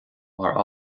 mar